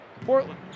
Portland